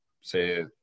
say